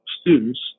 students